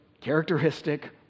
characteristic